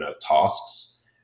tasks